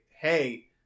hey